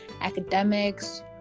academics